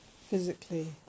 physically